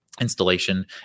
installation